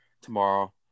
tomorrow